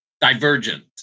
Divergent